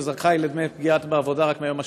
שזכאי לדמי פגיעה בעבודה מהיום השלישי.